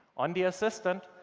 on the assistant,